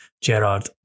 Gerard